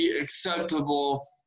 acceptable